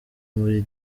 muri